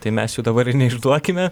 tai mes jų dabar ir neišduokime